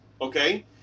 okay